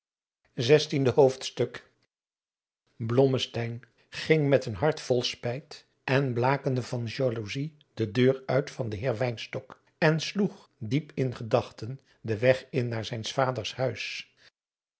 zestiende hoofdstuk blommesteyn ging met een hart vol spijt en blakende van jaloezij de deur uit van den heer wynstok en sloeg diep in gedachten den weg in naar zijns vaders huis